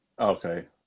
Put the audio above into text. Okay